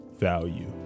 value